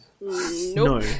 No